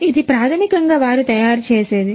ఇది ప్రాథమికంగా వారు తయారుచేసేది